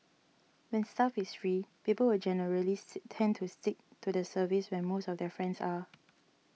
when stuff is free people will generally say tend to stick to the service where most of their friends are